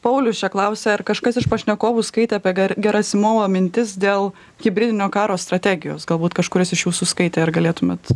paulius čia klausia ar kažkas iš pašnekovų skaitė apie ger gerasimovo mintis dėl hibridinio karo strategijos galbūt kažkuris iš jūsų skaitė ar galėtumėt